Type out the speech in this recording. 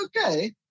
okay